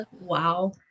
Wow